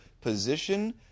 position